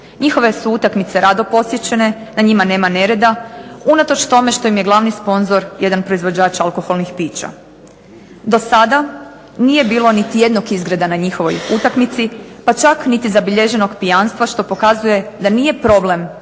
Njihove su utakmice dobro posjećene, na njima nema nereda, unatoč tome što im je glavni sponzor jedan proizvođač alkoholnih pića. Do sada nije bilo niti jednog izgreda na njihovoj utakmici, pa čak niti zabilježenog pijanstva, što pokazuje da nije problem u